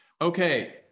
Okay